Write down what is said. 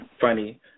funny